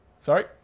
Sorry